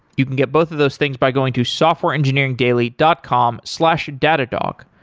you can get both of those things by going to softwareengineeringdaily dot com slash datadog.